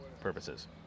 purposes